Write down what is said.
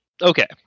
okay